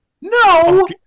No